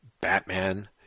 Batman